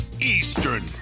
Eastern